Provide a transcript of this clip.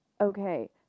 Okay